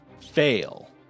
Fail